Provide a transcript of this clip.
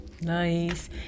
Nice